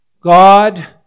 God